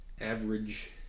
average